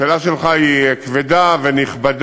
השאלה שלך היא כבדה ונכבדה,